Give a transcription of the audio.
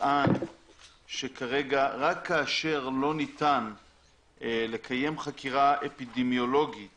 נטען שכרגע רק כאשר לא ניתן לקיים חקירה אפידמיולוגית